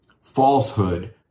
falsehood